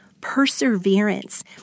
perseverance